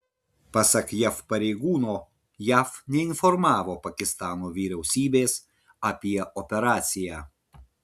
pasak jav pareigūno jav neinformavo pakistano vyriausybės apie operaciją